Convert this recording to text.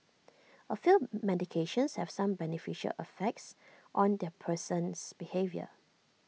A few medications have some beneficial effects on the person's behaviour